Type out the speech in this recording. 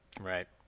Right